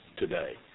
today